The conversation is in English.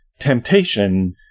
temptation